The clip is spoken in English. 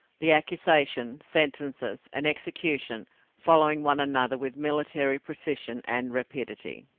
the accusation, sentences, and execution following one another with military precision and rapidity.